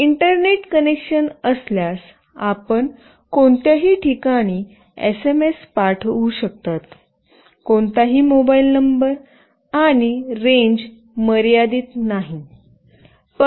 internet connection असल्यास आपण कोणत्याही ठिकाणी एसएमएस पाठवू शकता कोणताही मोबाइल नंबर आणि रेंज मर्यादित नाही